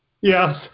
Yes